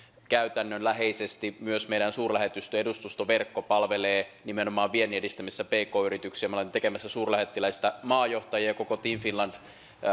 käytännönläheisesti myös meidän suurlähetystö ja edustustoverkko palvelee nimenomaan viennin edistämisessä pk yrityksiä me olemme tekemässä suurlähettiläistä maajohtajia koko team finland